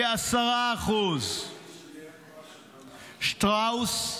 כ-10%; שטראוס,